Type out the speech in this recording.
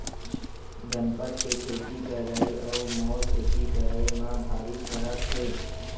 गनपत के खेती करई अउ मोर खेती करई म भारी फरक हे